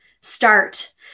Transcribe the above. Start